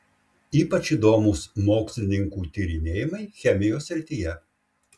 ypač įdomūs mokslininkų tyrinėjimai chemijos srityje